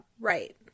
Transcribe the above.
Right